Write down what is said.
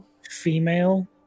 female